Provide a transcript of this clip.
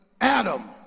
Adam